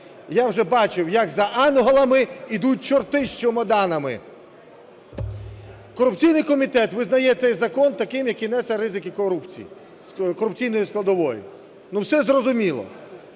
Я вже бачив, як "за ангелами ідуть чорти з чемоданами". Корупційний комітет визнає цей закон таким, який несе ризики корупції, з корупційною складовою. Ну все зрозуміло.